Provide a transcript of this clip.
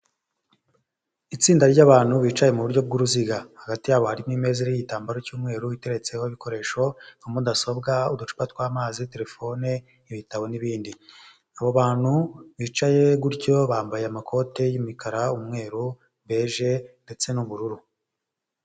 Itsinda ry'abantu bicaye mu buryo bw'uruziga. Hagati yabo harimo imeza iriho igitambaro cy'umweru, iteretseho ibikoresho nka mudasobwa, uducupa tw'amazi, terefone, ibitabo n'ibindi. Abo bantu bicaye gutyo bambaye amakoti y'umukara umweru, beje ndetse n'ubururu.